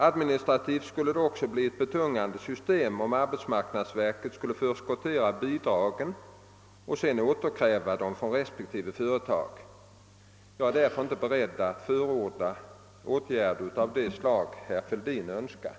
Administrativt skulle det också bli ett betungande system om arbetsmarknadsverket skulle förskottera bidragen och sedan återkräva dem från respektive företag. Jag är därför inte beredd att förorda åtgärder av det slag herr Fälldin önskar.